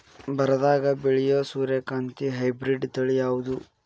ಬರದಾಗ ಬೆಳೆಯೋ ಸೂರ್ಯಕಾಂತಿ ಹೈಬ್ರಿಡ್ ತಳಿ ಯಾವುದು?